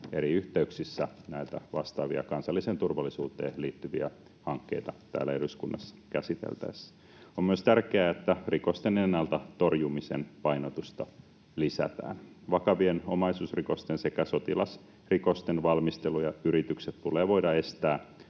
eri yhteyksissä näitä vastaavia kansalliseen turvallisuuteen liittyviä hankkeita täällä eduskunnassa käsiteltäessä. On myös tärkeää, että rikosten ennalta torjumisen painotusta lisätään. Vakavien omaisuusrikosten sekä sotilasrikosten valmistelu ja yritykset tulee voida estää